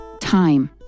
time